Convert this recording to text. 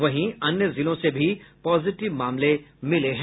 वहीं अन्य जिलों से भी पॉजिटिव मामले मिले हैं